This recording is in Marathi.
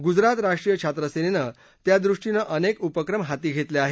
गुजरात राष्ट्रीय छात्र सेनेनं त्यादृष्टीनं अनेक उपक्रम हाती घेतले आहेत